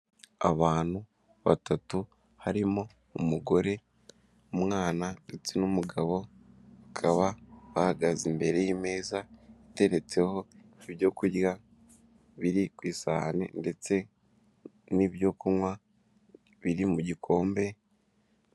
Abantu batatu harimo umugore umwana ndetse n'umugabo bakaba bahagaze imbere y'imeza iteretseho ibyo kurya biri ku isahani ndetse n'ibyo kunywa biri mu gikombe.